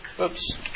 Oops